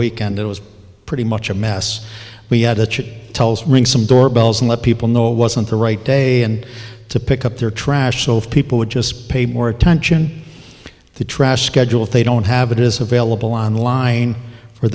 weekend it was pretty much a mess we had a chit tells ring some doorbells and let people know it wasn't the right day and to pick up their trash so if people would just pay more attention to the trash schedule if they don't have it is available online for